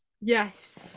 Yes